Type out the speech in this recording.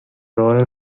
royal